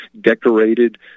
decorated